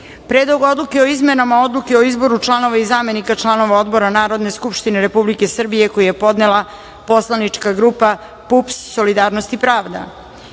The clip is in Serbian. Predlog odluke o izmenama Odluke o izboru članova i zamenika članova odbora Narodne skupštine Republike Srbije, koji je podnela Poslanička grupa Narodni pokret